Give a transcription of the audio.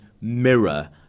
mirror